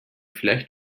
vielleicht